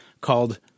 called